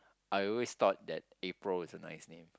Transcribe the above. I always thought that April was a nice name